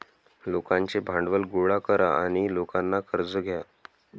लोकांचे भांडवल गोळा करा आणि लोकांना कर्ज द्या